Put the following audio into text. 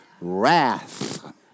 wrath